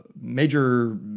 major